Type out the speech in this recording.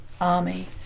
army